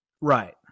Right